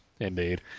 Indeed